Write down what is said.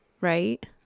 Right